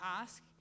ask